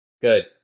Good